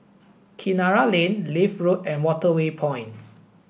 Kinara Lane Leith Road and Waterway Point